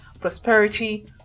prosperity